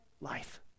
life